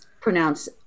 pronounce